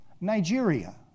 Nigeria